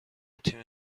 تیم